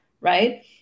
Right